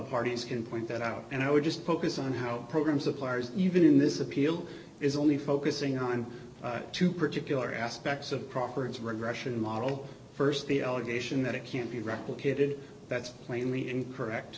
parties can point that out and i would just focus on how the program suppliers even in this appeal is only focusing on two particular aspects of crawford's regression model st the allegation that it can't be replicated that's plainly incorrect